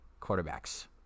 quarterbacks